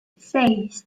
seis